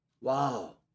Wow